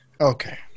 Okay